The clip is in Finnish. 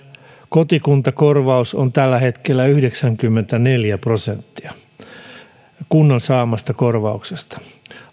kotikuntakorvaus on tällä hetkellä yhdeksänkymmentäneljä prosenttia kunnan saamasta korvauksesta